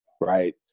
Right